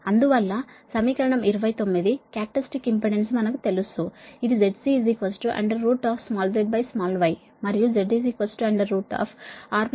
అందువల్ల సమీకరణం 29 characteristic impedance మనకు తెలుసు ఇది ZC small zsmall y